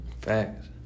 Facts